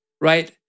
right